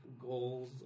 goals